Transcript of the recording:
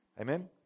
Amen